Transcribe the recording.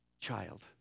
child